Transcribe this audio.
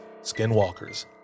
skinwalkers